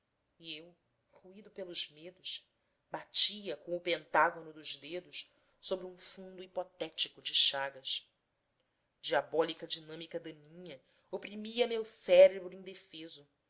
e eu roído pelos medos batia com o pentágono dos dedos sobre um fundo hipotético de chagas diabólica dinâmica daninha oprimia meu cérebro indefeso